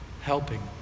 helping